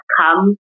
come